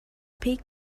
peak